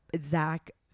Zach